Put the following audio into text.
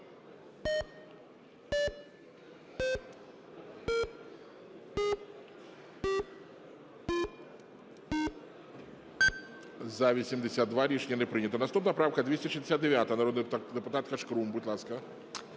За-82 Рішення не прийнято. Наступна правка 269, народна депутатка Шкрум, будь ласка.